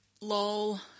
Lol